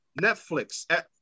netflix